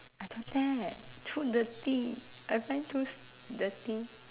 I don't dare too dirty I find too s~ dirty